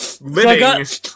living